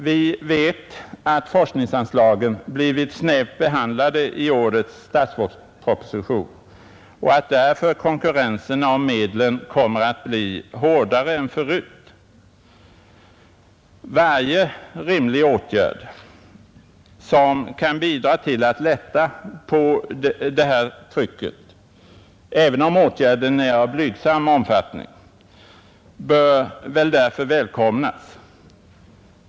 Vi vet att forskningsanslagen blivit snävt behandlade i årets statsverksproposition och att konkurrensen om medlen därför kommer att bli hårdare än förut. Varje rimlig åtgärd som kan bidra till att lätta på detta tryck — även om åtgärden är av blygsam omfattning — bör därför välkomnas.